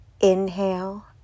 Inhale